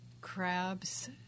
Crabs